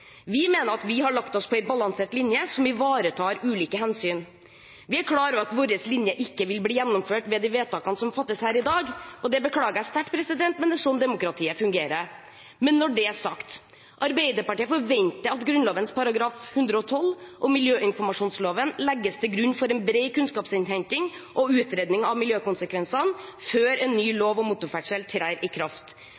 Vi mener at vi har lagt oss på en balansert linje som ivaretar ulike hensyn. Vi er klar over at vår linje ikke vil bli gjennomført ved de vedtakene som fattes her i dag, og det beklager jeg sterkt, men det er sånn demokratiet fungerer. Men når det er sagt: Arbeiderpartiet forventer at Grunnloven § 112 og miljøinformasjonsloven legges til grunn for en bred kunnskapsinnhenting og utredning av miljøkonsekvensene før en ny lov om motorferdsel trer i kraft.